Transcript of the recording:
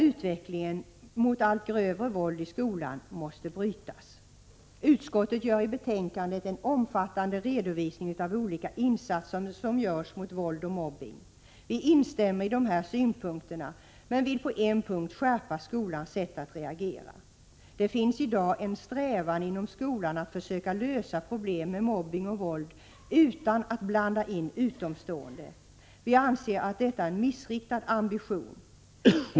Utvecklingen mot ökat och grövre våld i skolan måste brytas. Utskottet gör i betänkandet en omfattande redovisning av olika insatser som görs mot våld och mobbning. Vi instämmer i dessa synpunkter, men vill på en punkt skärpa skolans sätt att reagera. Det finns i dag en strävan inom skolan att försöka lösa problem med mobbning och våld utan att blanda in ”utomstående”. Vi anser att detta är en missriktad ambition.